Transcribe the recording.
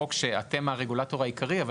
חוק שאתם הרגולטור העיקרי בו,